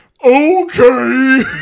Okay